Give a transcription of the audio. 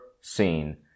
seen